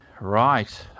Right